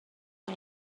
was